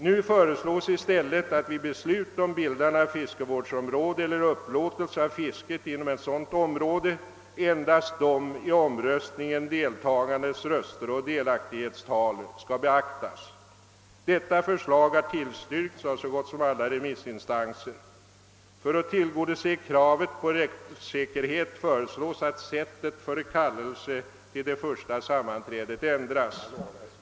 Nu föreslås i stället att vid beslut om bildande av fiskevårdsområde eller upplåtelse av fisket inom sådant område endast de i omröstningen deltagandes röster och delaktighetstal skall beaktas. Detta förslag har tillstyrkts av så gott som alla remissinstanser. För att tillgodose kravet på rättssäkerhet föreslås att sättet för kallelse till det första sammanträdet ändras.